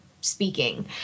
speaking